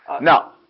Now